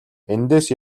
эндээс